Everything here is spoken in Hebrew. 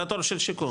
זה התור של שיכון.